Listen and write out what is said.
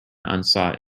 unsought